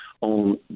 on